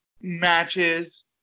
matches